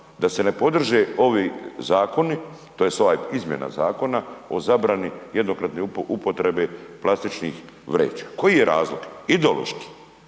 da se ne podrže ovi zakoni tj. ova izmjena zakona o zabrani jednokratne upotrebe plastičnih vreća? Koji je razlog? Ideološki?